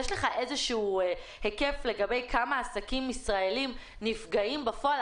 יש לך איזשהו היקף לגבי כמה עסקים ישראלים נפגעים בפועל?